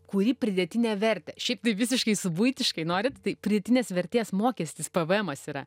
kuri pridėtinę vertę šiaip tai visiškai subuitiškai norit tai pridėtinės vertės mokestis pėvėemas yra